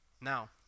Now